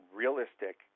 realistic